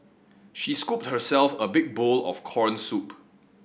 she scooped herself a big bowl of corn soup